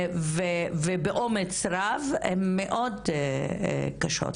ובאומץ רב, הן מאוד קשות.